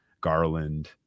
Garland